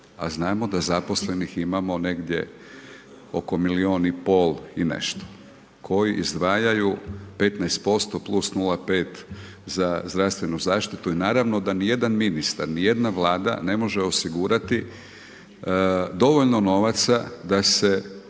a znamo da zaposlenih imamo negdje oko milijun i pol i nešto koji izdvajaju 15% plus 0,5 za zdravstvenu zaštitu. I naravno da ni jedan ministar, ni jedna Vlada ne može osigurati dovoljno novaca da se